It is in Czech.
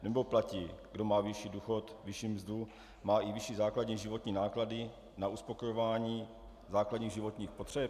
Nebo platí: kdo má vyšší důchod, vyšší mzdu, má i vyšší základní životní náklady na uspokojování základních životních potřeb?